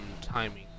timing